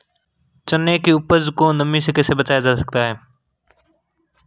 चने की उपज को नमी से कैसे बचाया जा सकता है?